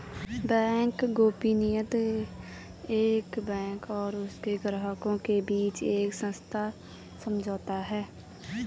bank गोपनीयता एक bank और उसके ग्राहकों के बीच एक सशर्त समझौता है